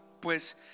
Pues